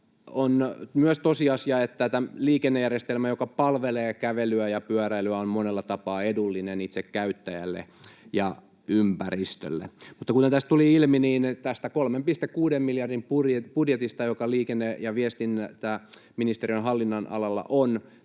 On myös tosiasia, että liikennejärjestelmä, joka palvelee kävelyä ja pyöräilyä, on monella tapaa edullinen itse käyttäjälle ja ympäristölle. Mutta kuten tässä tuli ilmi, tästä 3,6 miljardin budjetista, joka liikenne- ja viestintäministeriön hallinnonalalla on,